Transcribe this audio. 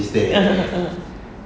(uh huh)